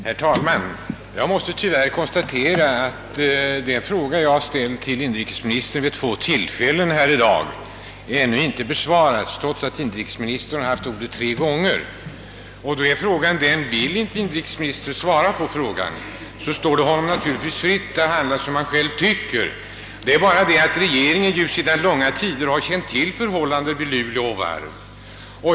Herr talman! Jag måste tyvärr konstatera att den fråga jag vid två tillfällen i dag ställt till inrikesministern ännu inte besvarats, trots att inrikesministern haft ordet tre gånger. Vill inte inrikesministern svara på frågan står det honom naturligtvis fritt; han handlar som han själv anser lämpligt. Regeringen känner sedan långa tider till förhållandena vid Luleå Varv.